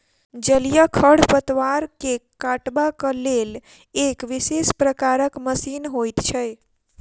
जलीय खढ़पतवार के काटबाक लेल एक विशेष प्रकारक मशीन होइत छै